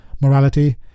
Morality